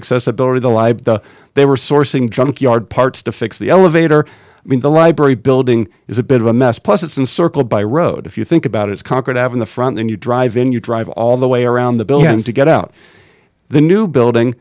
accessibility the libc they were sourcing junkyard parts to fix the elevator i mean the library building is a bit of a mess plus it's encircled by road if you think about it conquered having the front end you drive in you drive all the way around the billions to get out the new building